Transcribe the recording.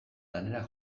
lanera